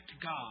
God